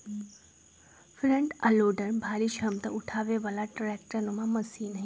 front आ loader भारी क्षमता उठाबे बला ट्रैक्टर नुमा मशीन हई